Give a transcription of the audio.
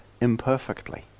imperfectly